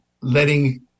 letting